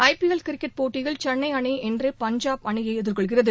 IPL cricket போட்டியில் சென்னை அணி இன்று பஞ்சாப் அணியை எதிர்கொள்கிறது